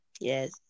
Yes